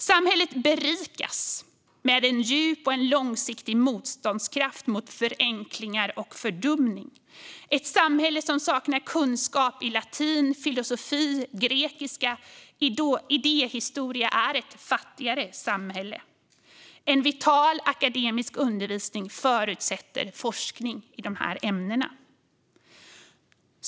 Samhället berikas med en djup och en långsiktig motståndskraft mot förenklingar och fördumning. Ett samhälle som saknar kunskaper i latin, filosofi, grekiska och idéhistoria är ett fattigare samhälle. En vital akademisk undervisning förutsätter forskning i de ämnena.